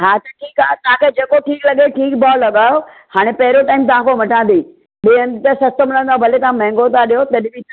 हा त ठीक आहे तव्हां खे जेको ठीक लॻे ठीक भाओ लॻायो हाणे पहिरें टाइम तव्हां खां वठां थी ॿिए हंधु त सस्तो मिलंदो आहे भले तव्हां महांगो था ॾियो तॾहिं बि